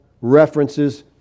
references